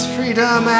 Freedom